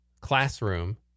classroom